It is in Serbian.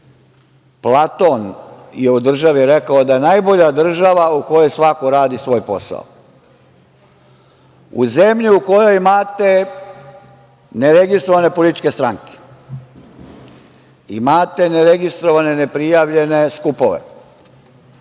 Platon je o državi rekao da je najbolja država u kojoj svako radi svoj posao.U zemlji u kojoj imate neregistrovane političke stranke, imate neregistrovane neprijavljene skupove,